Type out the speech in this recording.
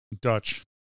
Dutch